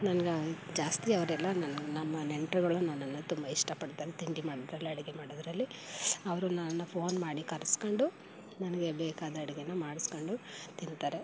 ನನ್ಗೆ ಜಾಸ್ತಿ ಅವರೆಲ್ಲ ನನ್ನ ನಮ್ಮ ನೆಂಟರುಗಳು ನನ್ನನ್ನು ತುಂಬ ಇಷ್ಟಪಡ್ತಾರೆ ತಿಂಡಿ ಮಾಡೋದರಲ್ಲಿ ಅಡುಗೆ ಮಾಡೋದರಲ್ಲಿ ಅವರು ನನ್ನನ್ನು ಫೋನ್ ಮಾಡಿ ಕರೆಸ್ಕೊಂಡು ನನಗೆ ಬೇಕಾದ ಅಡುಗೆಯನ್ನು ಮಾಡ್ಸ್ಕೊಂಡು ತಿಂತಾರೆ